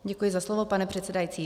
Děkuji za slovo, pane předsedající.